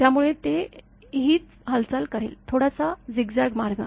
त्यामुळे ते हीच हालचाल करेल थोडासा झिगझॅग मार्ग